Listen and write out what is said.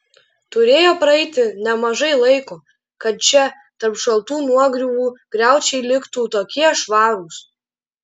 turėjo praeiti nemažai laiko kad čia tarp šaltų nuogriuvų griaučiai liktų tokie švarūs